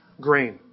grain